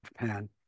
Japan